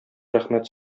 рәхмәт